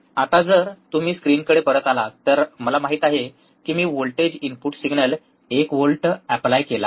आता जर तुम्ही स्क्रीनकडे परत आलात तर मला माहित आहे की मी voltage input signal 1 volt apply केला आहे